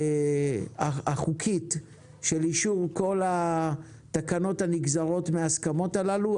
החוקית של אישור כל התקנות הנגזרות מההסכמות הללו,